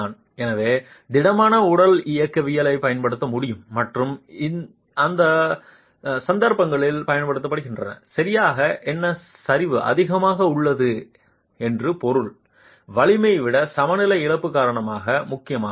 எனவே திடமான உடல் இயக்கவியல் பயன்படுத்த முடியும் மற்றும் அந்த போன்ற சந்தர்ப்பங்களில் பயன்படுத்தப்படுகிறது சரியாக என்ன சரிவு அதிகமாக உள்ளது என்று பொருள் வலிமை விட சமநிலை இழப்பு காரணமாக முக்கியமாக உள்ளது